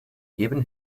geben